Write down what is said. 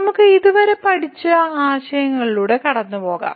നമുക്ക് ഇതുവരെ പഠിച്ച ആശയങ്ങളിലൂടെ കടന്നുപോകാം